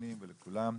לסדרנים ולכולם.